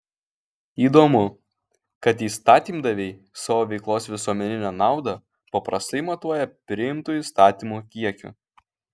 įdomu kad įstatymdaviai savo veiklos visuomeninę naudą paprastai matuoja priimtų įstatymų kiekiu